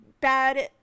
bad